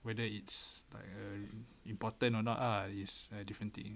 whether it's like err important or not ah it's a different thing